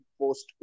post